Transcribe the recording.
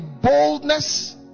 boldness